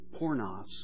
pornos